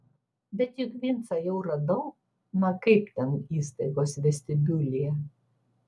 bet juk vincą jau radau na kaip ten įstaigos vestibiulyje